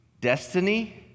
destiny